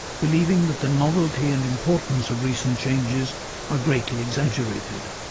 believing that the novelty and importance of recent changes are greatly exaggerated.